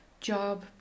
job